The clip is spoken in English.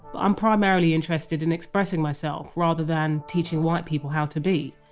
i'm primarily interested in expressing myself rather than teaching white people how to be.